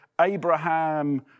Abraham